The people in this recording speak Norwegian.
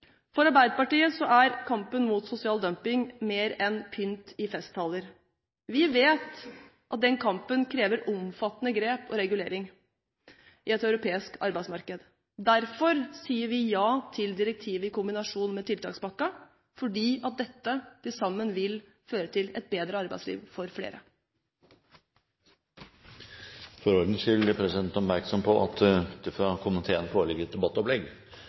For Arbeiderpartiet er kampen mot sosial dumping mer enn pynt i festtaler. Vi vet at den kampen krever omfattende grep og regulering i et europeisk arbeidsmarked. Derfor sier vi ja til direktivet i kombinasjon med tiltakspakken, fordi dette til sammen vil føre til et bedre arbeidsliv for flere. Fremskrittspartiet er veldig glad for